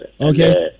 Okay